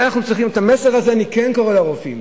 עם המסר הזה אני כן קורא לרופאים,